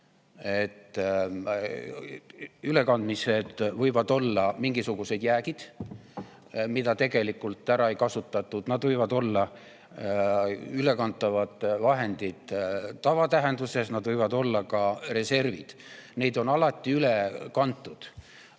Ülekantavad [summad] võivad olla mingisugused jäägid, mida tegelikult ära ei kasutatud, need võivad olla ülekantavad vahendid tavatähenduses, need võivad olla ka reservid. Neid on alati üle kantud.